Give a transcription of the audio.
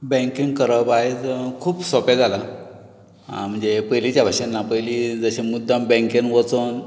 banking करप आयज खूब सोंपें जालां म्हणजे पयलींच्या भशेन ना म्हणजे मुद्दम बँकेन वचून